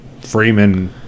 Freeman